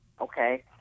okay